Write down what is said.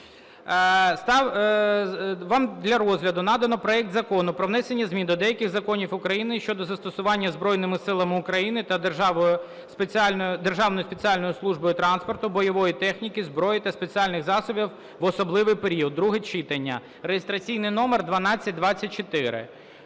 Вам для розгляду надано проект Закону про внесення змін до деяких законів України щодо застосування Збройними Силами України та Державною спеціальною службою транспорту бойової техніки, зброї та спеціальних засобів в особливий період (друге читання) (реєстраційний номер 1224).